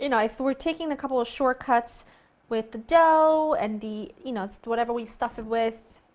you know, if we were taking a couple of shortcuts with the dough and the you know whatever we stuff it with,